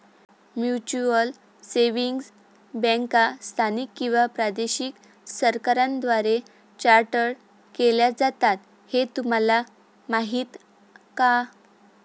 Mutual savings बँका स्थानिक किंवा प्रादेशिक सरकारांद्वारे चार्टर्ड केल्या जातात हे तुम्हाला माहीत का?